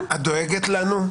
את דואגת לנו?